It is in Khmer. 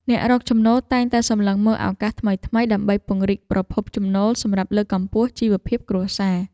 អ្នករកចំណូលតែងតែសម្លឹងមើលឱកាសថ្មីៗដើម្បីពង្រីកប្រភពចំណូលសម្រាប់លើកកម្ពស់ជីវភាពគ្រួសារ។